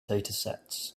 datasets